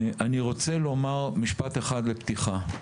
אני רוצה לומר משפט אחד לפתיחה.